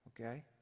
Okay